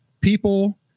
people